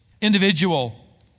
individual